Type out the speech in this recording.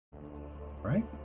Right